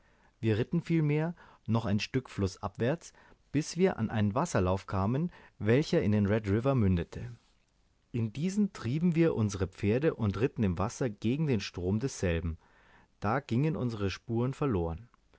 wir ritten vielmehr noch ein stück flußabwärts bis wir an einen wasserlauf kamen welcher in den red river mündete in diesen trieben wir unsere pferde und ritten im wasser gegen den strom desselben da gingen unsere spuren verloren